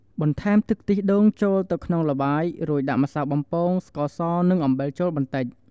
បន្ថែមទឹកខ្ទិះដូងចូលទៅក្នុងល្បាយ រួចដាក់ម្សៅបំពង ស្ករស និងអំបិលចូលបន្តិច។